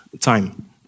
time